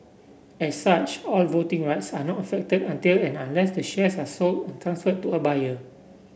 as such all voting rights are not affected until and unless to shares are sold and transferred to a buyer